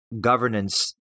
governance